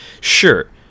sure